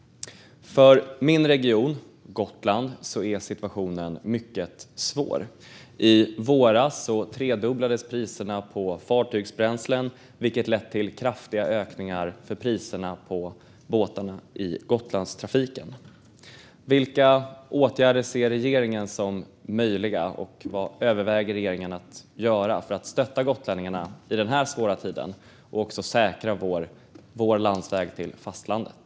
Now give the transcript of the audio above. För min hemregion Gotland är situationen mycket svår. I våras tredubblades priserna på fartygsbränslen, vilket har lett till kraftiga prisökningar för båtarna i Gotlandstrafiken. Vilka åtgärder ser regeringen som möjliga, och vad överväger regeringen att göra för att stötta gotlänningarna i denna svåra tid och också säkra vår landsväg till fastlandet?